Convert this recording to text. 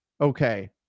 okay